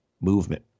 movement